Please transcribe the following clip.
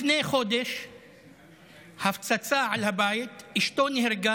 לפני חודש הפצצה על הבית,